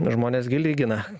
žmonės gi lygina